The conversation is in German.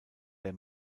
der